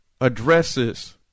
addresses